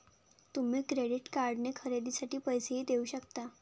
तुम्ही क्रेडिट कार्डने खरेदीसाठी पैसेही देऊ शकता